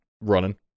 Running